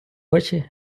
очі